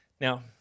Now